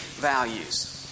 values